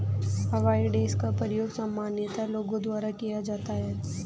avoidance का प्रयोग सामान्यतः लोगों द्वारा किया जाता है